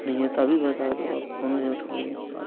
नहीं है तो अभी बता दो आप फोन उठाने के बाद